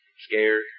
scared